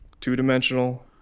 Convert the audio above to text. two-dimensional